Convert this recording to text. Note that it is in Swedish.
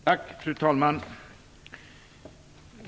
Fru talman!